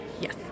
Yes